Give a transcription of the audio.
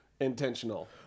intentional